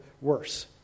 worse